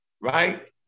right